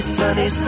sunny